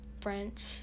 french